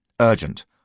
Urgent